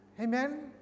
amen